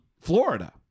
Florida